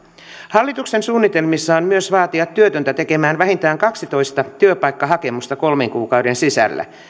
hallituksen suunnitelmissa on myös vaatia työtöntä tekemään vähintään kaksitoista työpaikkahakemusta kolmen kuukauden sisällä